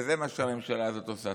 וזה מה שהממשלה הזאת עושה.